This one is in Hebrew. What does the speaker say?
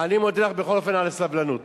אני מודה לך, בכל אופן, על הסבלנות.